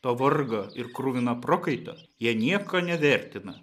to vargo ir kruvino prakaito jie nieko nevertina